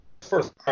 first